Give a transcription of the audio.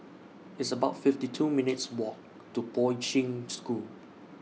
It's about fifty two minutes' Walk to Poi Ching School